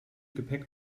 gepäck